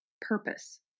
purpose